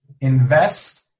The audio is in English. invest